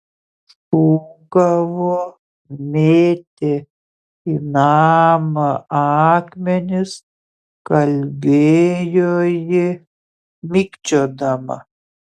šūkavo mėtė į namą akmenis kalbėjo ji mikčiodama